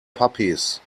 puppies